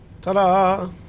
Ta-da